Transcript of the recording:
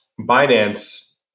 Binance